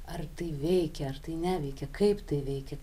ar tai veikia ar tai neveikia kaip tai veikia